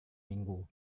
minggu